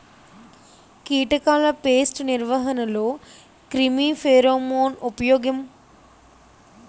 కీటకాల పేస్ట్ నిర్వహణలో క్రిమి ఫెరోమోన్ ఉపయోగం